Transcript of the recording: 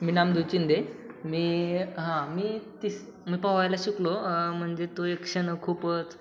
मी नामदेव चिंदे मी हां मी तिस मी पहोयला शिकलो म्हणजे तो एक क्षण खूपच